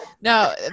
No